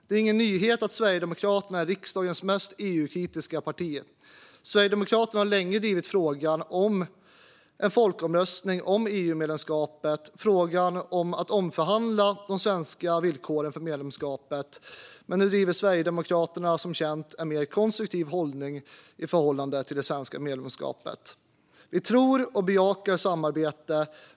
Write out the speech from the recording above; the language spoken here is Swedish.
Det är ingen nyhet att Sverigedemokraterna är riksdagens mest EU-kritiska parti. Sverigedemokraterna har länge drivit frågan om en folkomröstning om EU-medlemskapet och frågan om att omförhandla de svenska villkoren för medlemskapet. Nu har Sverigedemokraterna dock, som bekant, en mer konstruktiv hållning till det svenska medlemskapet. Sverigedemokraterna tror på och bejakar samarbete.